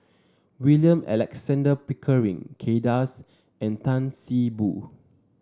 William Alexander Pickering Kay Das and Tan See Boo